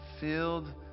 filled